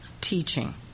teaching